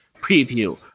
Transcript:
preview